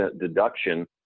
deduction